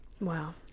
Wow